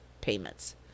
payments